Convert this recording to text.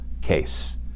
case